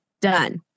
Done